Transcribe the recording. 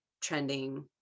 trending